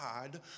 God